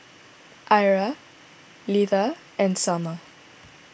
Ira Leatha and Salma